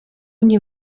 nie